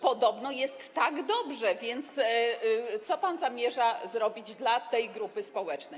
Podobno jest tak dobrze, więc co pan zamierza zrobić dla tej grupy społecznej?